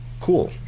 cool